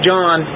John